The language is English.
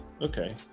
okay